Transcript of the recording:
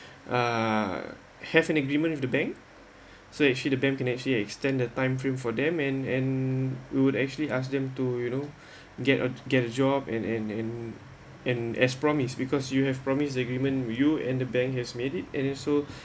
uh have an agreement with the bank so actually the bank can actually extended the time frame for them and and would actually ask them to you know get a get a job and and and and as promised because you have promised the agreement were you and the bank has made it and also